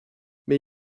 mais